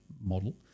model